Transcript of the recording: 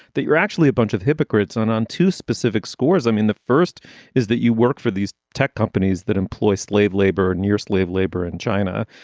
that you're actually a bunch of hypocrites on on two specific scores. i mean, the first is that you work for these tech companies that employ slave labor near slave labor in china.